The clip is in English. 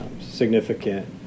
significant